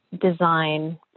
design